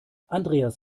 andreas